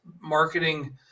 marketing